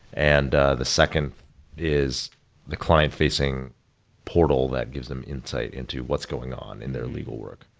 and the second is the client facing portal that gives them insight into what's going on in their legal work.